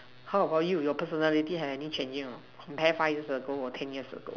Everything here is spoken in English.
how about you your personality had any changes a not compare to five years ago ten years ago